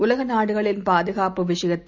உலகநாடுகளின்பாதுகாப்புவிஷயத்தில்